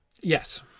Yes